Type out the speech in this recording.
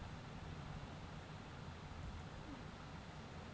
টাকা পাঠাবার জনহে ইক কোড লাগ্যে আই.এফ.সি কোড